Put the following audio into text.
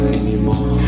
anymore